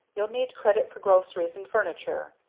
you'll need credit for groceries and furniture.